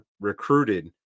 recruited